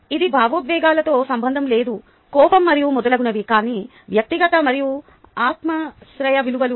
ఇది భావోద్వేగాలతో సంబంధం లేదు కోపం మరియు మొదలగునవి కానీ వ్యక్తిగత మరియు ఆత్మాశ్రయ విలువలు